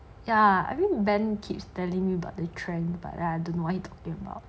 ya I mean ben keeps telling me about the trend but I don't know what he talking about